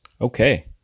Okay